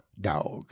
dog